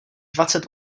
dvacet